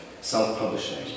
self-publishing